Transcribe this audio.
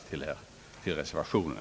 Jag yrkar bifall till reservationen.